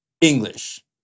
English